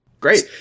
Great